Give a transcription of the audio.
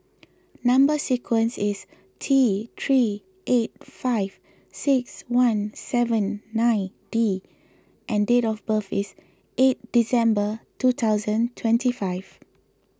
Number Sequence is T three eight five six one seven nine D and date of birth is eight December two thousand twenty five